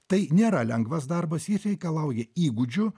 tai nėra lengvas darbas jis reikalauja įgūdžių